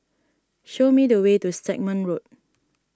show me the way to Stagmont Road